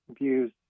views